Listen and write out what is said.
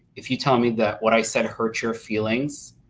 if you tell me what i said hurt your feelings,